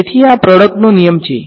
તેથી આ પ્રોડક્ટનો નિયમ છે